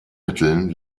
mitteln